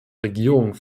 regierung